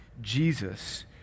Jesus